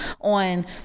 on